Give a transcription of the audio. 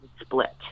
split